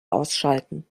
ausschalten